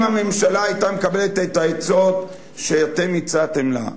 אם הממשלה היתה מקבלת את העצות שאתם הצעתם לה,